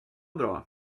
bra